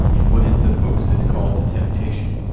and what in the books is called the temptation?